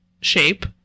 shape